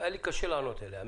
והיה לי קשה לענות עליה,